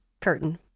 Curtain